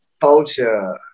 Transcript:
culture